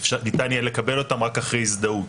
ניתן יהיה לקבל אותם רק אחרי הזדהות.